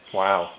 wow